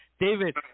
David